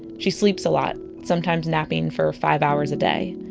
she sleeps a lot sometimes napping for five hours a day.